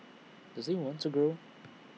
does he want to grow